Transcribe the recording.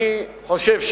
אני חושב,